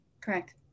correct